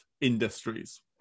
industries